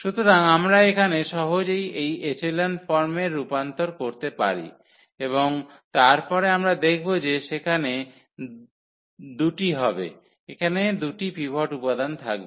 সুতরাং আমরা এখানে সহজেই এই এচেলন ফর্মে রূপান্তর করতে পারি এবং তারপরে আমরা দেখব যে সেখানে 2 টি হবে এখানে 2 টি পিভট উপাদান থাকবে